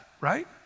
right